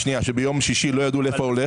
וביום שישי לא ידעו לאן זה הולך.